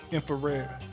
Infrared